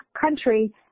country